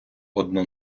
одну